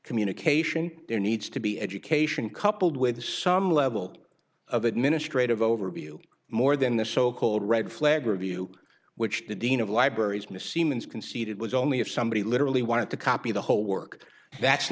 communication there needs to be education coupled with some level of administrative overview more than the so called red flag review which the dean of libraries miss siemens conceded was only if somebody literally wanted to copy the whole work that's